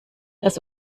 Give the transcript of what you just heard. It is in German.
das